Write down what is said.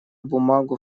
бумагу